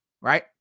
right